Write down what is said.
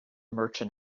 merchant